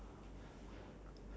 that's my opinion lah